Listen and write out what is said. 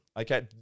Okay